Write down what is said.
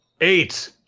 Eight